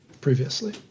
previously